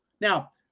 Now